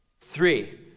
three